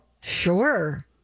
Sure